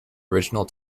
original